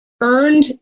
Earned